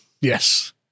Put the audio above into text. Yes